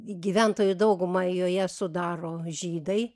gyventojų daugumą joje sudaro žydai